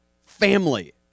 family